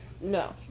No